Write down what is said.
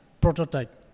prototype